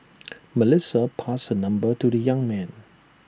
Melissa passed her number to the young man